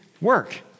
work